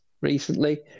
recently